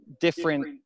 different